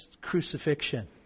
crucifixion